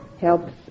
helps